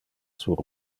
sur